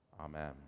Amen